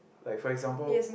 like for example